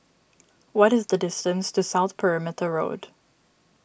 what is the distance to South Perimeter Road